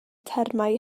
termau